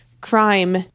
crime